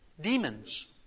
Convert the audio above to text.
Demons